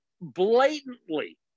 blatantly